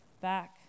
back